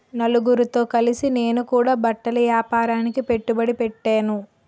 నలుగురితో కలిసి నేను కూడా బట్టల ఏపారానికి పెట్టుబడి పెట్టేను